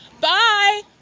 Bye